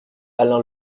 alain